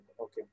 Okay